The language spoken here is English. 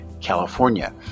California